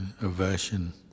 aversion